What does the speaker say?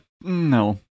No